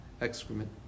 excrement